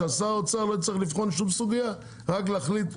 ששר האוצר לא יצטרך לבחון שום סוגיה ואז הוא יחליט,